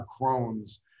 Crohn's